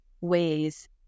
ways